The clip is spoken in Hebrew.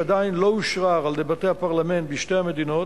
שעדיין לא אושרר על-ידי בתי הפרלמנט בשתי המדינות,